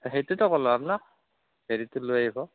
সেইটোতো ক'লো আপোনাক হেৰিটো লৈ আহিব